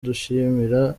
dushimira